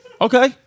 Okay